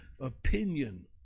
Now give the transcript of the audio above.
opinion